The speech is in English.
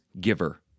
giver